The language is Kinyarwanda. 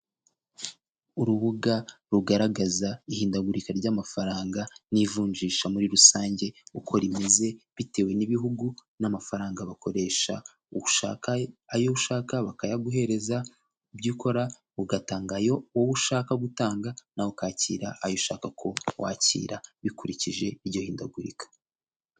Urubuga rugaragaza ihindagurika ry'amafaranga n'ivunjisha muri rusange uko rimeze bitewe n'ibihugu n'amafaranga bakoresha, ushaka ayo ushaka bakayaguhereza, ibyo ukora ugatanga ayo wowe ushaka gutanga, nawe ukakira ayo ushaka ko wakira bikurikije iryo hindagurika.